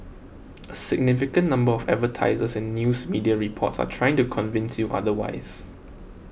a significant number of advertisers and news media reports are trying to convince you otherwise